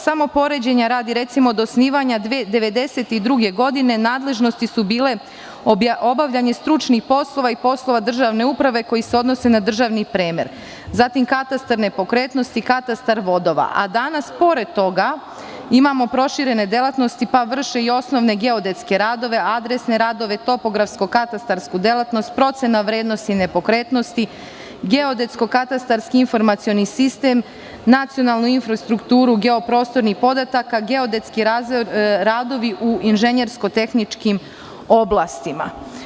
Samo poređenja radi, recimo, od osnivanja 1992. godine nadležnosti su bile: obavljanje stručnih poslova i poslova državne uprave koji se odnose na državni premer, katastar nepokretnosti, katastar vodova, a danas, pored toga, imamo proširene delatnosti, pa vrše i osnovne geodetske radove, adresne radove, topografsko-katastarsku delatnost, procena vrednosti nepokretnosti, geodetsko-katastarski informacioni sistem, nacionalnu infrastrukturu geoprostronih podataka, geodetski radovi u inženjersko-tehničkim oblastima.